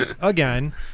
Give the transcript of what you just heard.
again